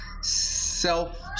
self